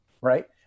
right